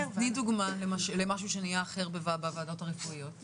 תני דוגמא למשהו שנהיה אחר בוועדות הרפואיות?